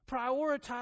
Prioritize